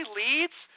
leads